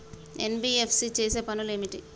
NBFC చేసే పనులు ఏమిటి?